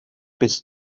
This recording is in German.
bis